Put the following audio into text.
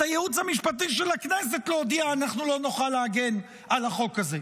את הייעוץ של המשפטי של הכנסת להודיע: אנחנו לא נוכל להגן על החוק הזה.